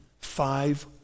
five